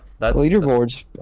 Leaderboards